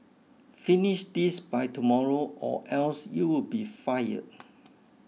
finish this by tomorrow or else you'll be fired